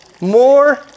more